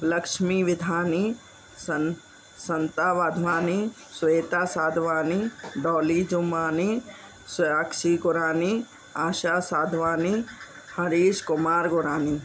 लक्ष्मी विधानी सन संता वाधवानी श्वेता साधवानी डॉली धुमानी साक्षी गुरानी आशा साधवानी हरीश कुमार गुरानी